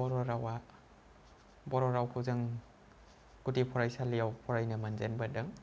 बर' रावा बर' रावखौ जों गुदि फरायसालिआव फरायनो मोनजेनबोदों